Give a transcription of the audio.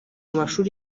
mashuri